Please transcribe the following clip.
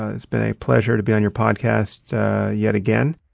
ah it's been a pleasure to be on your podcast yet again.